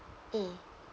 mm